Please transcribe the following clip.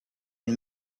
and